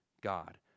God